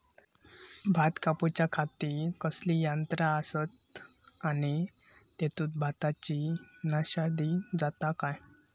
भात कापूच्या खाती कसले यांत्रा आसत आणि तेतुत भाताची नाशादी जाता काय?